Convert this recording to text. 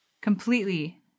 completely